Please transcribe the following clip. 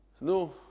No